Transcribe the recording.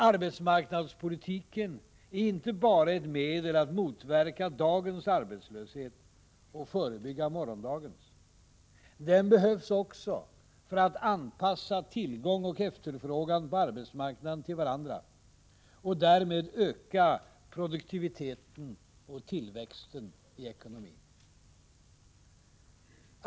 Arbetsmarknadspolitiken är inte bara ett medel att motverka dagens arbetslöshet och förebygga morgondagens. Den behövs också för att anpassa tillgång och efterfrågan på arbetsmarknaden till varandra och därmed öka produktiviteten och tillväxten i ekonomin.